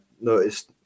noticed